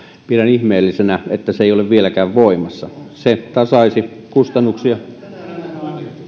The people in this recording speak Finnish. pidän ihmeellisenä että se ei ole vieläkään voimassa se tasaisi kustannuksia